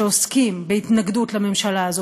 שעוסקים בהתנגדות לממשלה הזאת,